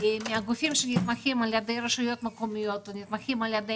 עם גופים שנתמכים על ידי רשויות מקומיות או נתמכים על ידי